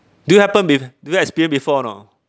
do you happen be~ do you experience before or not